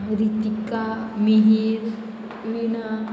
Ritika Mihir Veena